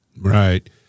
Right